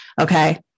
Okay